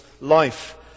life